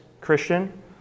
Christian